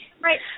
right